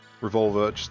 revolver